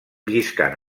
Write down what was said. lliscant